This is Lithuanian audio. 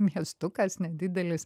miestukas nedidelis